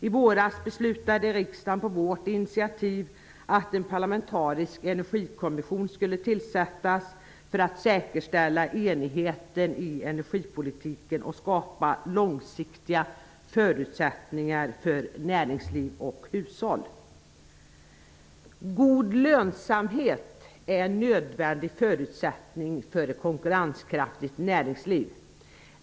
I våras beslutade riksdagen på Socialdemokraternas initiativ att en parlamentarisk energikommission skulle tillsättas för att säkerställa enigheten i energipolitiken och skapa långsiktiga förutsättningar för näringsliv och hushåll. God lönsamhet är en nödvändig förutsättning för en konkurrenskraftigt näringsliv.